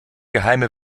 geheime